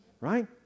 right